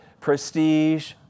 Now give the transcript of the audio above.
prestige